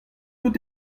out